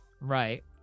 right